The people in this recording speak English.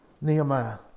Nehemiah